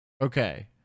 Okay